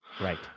Right